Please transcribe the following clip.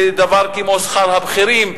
לדבר כמו שכר הבכירים.